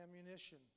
ammunition